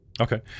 Okay